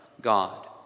God